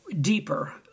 deeper